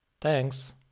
Thanks